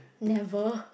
never